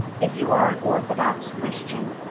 if you are an orthodox christian,